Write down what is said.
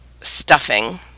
stuffing